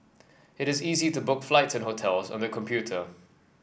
it is easy to book flights and hotels on the computer